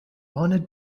wanted